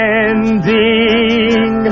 ending